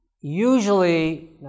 usually